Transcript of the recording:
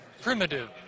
primitive